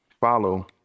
follow